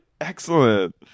Excellent